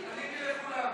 פניתי לכולם.